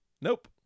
Nope